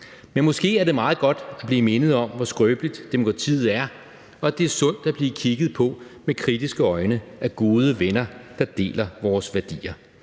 Men måske er det meget godt at blive mindet om, hvor skrøbeligt demokratiet er, og at det er sundt at blive kigget på med kritiske øjne af gode venner, der deler vores værdier.